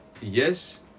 yes